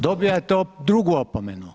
Dobijate drugu opomenu.